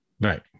right